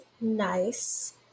nice